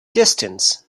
distance